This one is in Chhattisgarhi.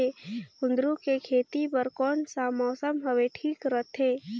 कुंदूरु के खेती बर कौन सा मौसम हवे ठीक रथे?